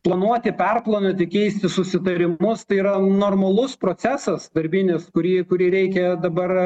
planuoti perplanuoti keisti susitarimus tai yra normalus procesas darbinis kurį kurį reikia dabar